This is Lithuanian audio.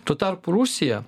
tuo tarpu rusija